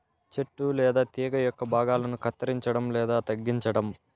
చెట్టు లేదా తీగ యొక్క భాగాలను కత్తిరించడం లేదా తగ్గించటం